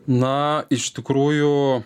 na iš tikrųjų